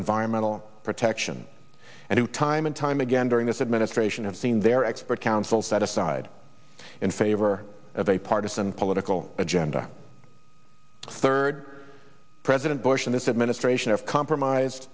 environmental protection and who time and time again during this administration have seen their expert counsel set aside in favor of a partisan political agenda third president bush and his administration have compromise